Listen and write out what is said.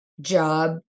job